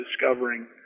discovering